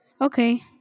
okay